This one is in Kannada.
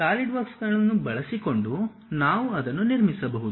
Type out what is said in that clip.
ಸಾಲಿಡ್ವರ್ಕ್ ಗಳನ್ನು ಬಳಸಿಕೊಂಡು ನಾವು ಅದನ್ನು ನಿರ್ಮಿಸಬಹುದು